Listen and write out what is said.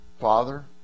Father